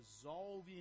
resolve